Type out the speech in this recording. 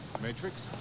Matrix